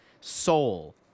soul